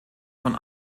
von